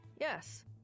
yes